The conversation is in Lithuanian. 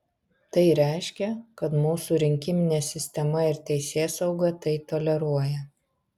tai reiškia kad mūsų rinkiminė sistema ir teisėsauga tai toleruoja